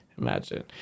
Imagine